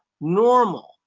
normal